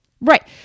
Right